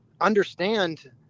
understand